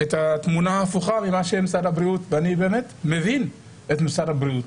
את התמונה ההפוכה ממה שמשרד הבריאות אני באמת מבין את משרד הבריאות,